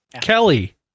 Kelly